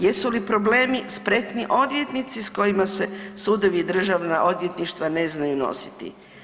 Jesu li problemi spretni odvjetnici s kojima se sudovi i državna odvjetništva ne znaju nositi?